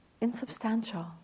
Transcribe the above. insubstantial